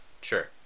Sure